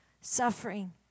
suffering